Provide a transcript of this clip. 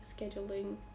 Scheduling